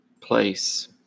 place